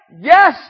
Yes